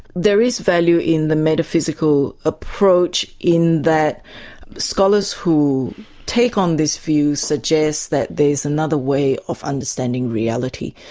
there is value in the metaphysical approach in that scholars who take on this view suggest that there's another way of understanding reality.